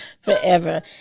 forever